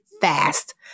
fast